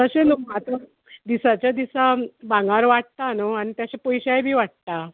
तशें न्हू आतां दिसाच्या दिसा भांगर वाडटा न्हू आनी तशें पयशेय बी वाडटा